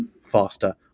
faster